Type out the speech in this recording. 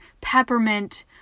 peppermint